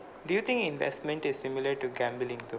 do you think investment is similar to gambling though